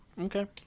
Okay